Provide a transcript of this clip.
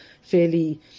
fairly